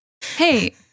Hey